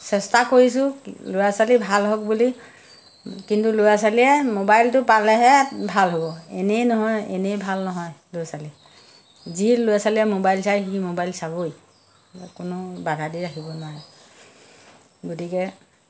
চেষ্টা কৰিছোঁ ল'ৰা ছোৱালী ভাল হওক বুলি কিন্তু ল'ৰা ছোৱালীয়ে মোবাইলটো পালেহে ভাল হ'ব এনেই নহয় এনেই ভাল নহয় ল'ৰা ছোৱালী যি ল'ৰা ছোৱালীয়ে মোবাইল চায় সি মোবাইল চাবই কোনো বাধা দি ৰাখিব নোৱাৰে গতিকে